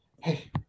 hey